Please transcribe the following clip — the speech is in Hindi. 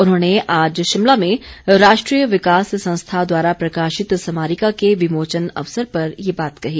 उन्होंने आज शिमला में राष्ट्रीय विकास संस्था द्वारा प्रकाशित स्मारिका के विमोचन अवसर पर ये बात कही